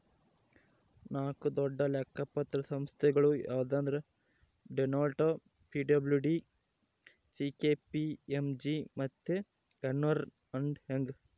ನಾಕು ದೊಡ್ಡ ಲೆಕ್ಕ ಪತ್ರ ಸಂಸ್ಥೆಗುಳು ಯಾವಂದ್ರ ಡೆಲೋಯ್ಟ್, ಪಿ.ಡಬ್ಲೂ.ಸಿ.ಕೆ.ಪಿ.ಎಮ್.ಜಿ ಮತ್ತೆ ಎರ್ನ್ಸ್ ಅಂಡ್ ಯಂಗ್